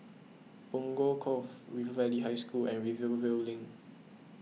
Punggol Cove River Valley High School and Rivervale Link